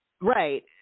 right